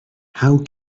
how